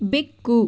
ಬೆಕ್ಕು